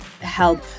help